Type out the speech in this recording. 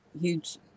huge